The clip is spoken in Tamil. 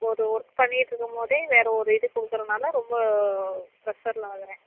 ஒரு ஒர்க் பண்ணிக்கிட்டுருக்கும் மோதே வேறு ஒரு இது கொடுக்கறனால ரொம்ப ப்ரஷரில் ஆகுறேன்